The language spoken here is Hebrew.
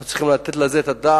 אנחנו צריכים לתת על זה את הדעת,